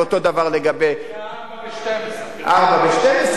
ואותו דבר לגבי, אני קונה ארבעה ב-12.